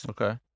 Okay